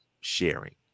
sharing